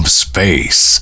space